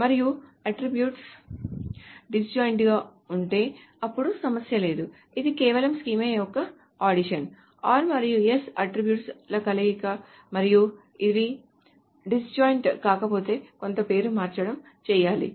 మరియు attributes disjoint గా ఉంటే అప్పుడు సమస్య లేదు ఇది కేవలం స్కీమా యొక్క అడిషన్ r మరియు s యొక్క అట్ట్రిబ్యూట్స్ ల కలయిక మరియు ఇవి డిస్ జాయింట్ కాకపోతే కొంత పేరు మార్చడం చేయాలి